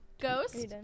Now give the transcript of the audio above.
Ghost